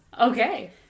Okay